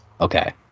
Okay